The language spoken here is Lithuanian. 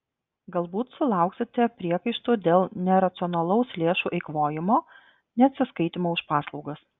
galbūt sulauksite priekaištų dėl neracionalaus lėšų eikvojimo neatsiskaitymo už paslaugas